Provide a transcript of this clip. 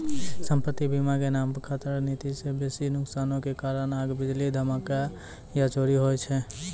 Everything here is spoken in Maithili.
सम्पति बीमा के नाम खतरा नीति मे बेसी नुकसानो के कारण आग, बिजली, धमाका या चोरी होय छै